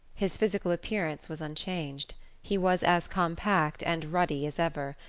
his physical appearance was unchanged he was as compact and ruddy as ever,